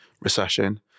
recession